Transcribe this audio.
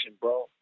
bro